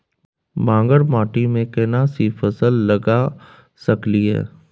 बांगर माटी में केना सी फल लगा सकलिए?